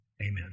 Amen